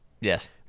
Yes